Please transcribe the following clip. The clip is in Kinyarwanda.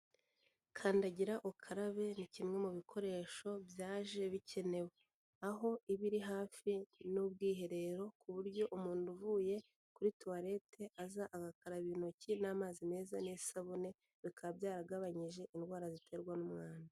Kandagira ukarabe ni kimwe mu bikoresho byaje bikenewe, aho iba iri hafi n'ubwiherero, ku buryo umuntu uvuye kuri tuwarete aza agakaraba intoki n'amazi meza n'isabune, bikaba byaragabanyije indwara ziterwa n'umwanda.